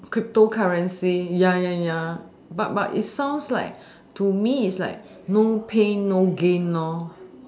cryptocurrency ya ya ya but but it sounds like to me it's like no pain no gain